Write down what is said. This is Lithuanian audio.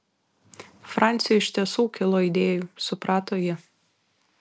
franciui iš tiesų kilo idėjų suprato ji